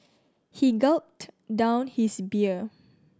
he gulped down his beer